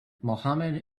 mohammed